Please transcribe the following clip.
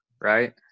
Right